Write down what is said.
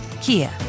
kia